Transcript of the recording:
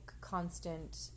constant